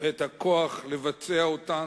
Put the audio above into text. ואת הכוח לבצע אותן,